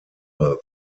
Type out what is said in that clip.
war